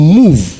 move